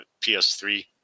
ps3